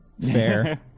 Fair